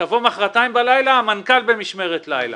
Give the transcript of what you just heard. תבוא מחרתיים בלילה, המנכ"ל במשמרת לילה.